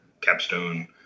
capstone